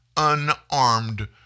Unarmed